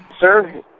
Sir